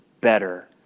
better